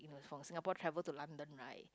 from Singapore travel to London right